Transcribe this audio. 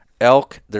elk